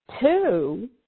Two